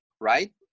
right